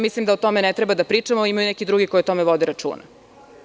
Mislim da o tome ne treba da pričamo, imaju neki drugi koji o tome vode računa.